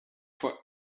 for